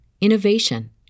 innovation